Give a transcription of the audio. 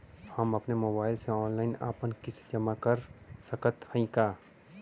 हम अपने मोबाइल से ऑनलाइन आपन किस्त जमा कर सकत हई का?